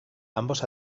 ambos